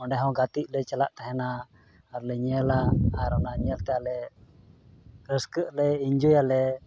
ᱚᱸᱰᱮ ᱦᱚᱸ ᱜᱟᱛᱮᱜ ᱞᱮ ᱪᱟᱞᱟᱜ ᱛᱟᱦᱮᱱᱟ ᱟᱨᱞᱮ ᱧᱮᱞᱟ ᱟᱨ ᱚᱱᱟ ᱧᱮᱞᱛᱮ ᱟᱞᱮ ᱨᱟᱹᱥᱠᱟᱹᱜ ᱟᱞᱮ ᱤᱱᱡᱚᱭ ᱟᱞᱮ